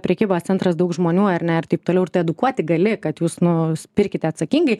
prekybos centras daug žmonių ar ne ir taip toliau ir tai edukuoti gali kad jūs nu pirkite atsakingai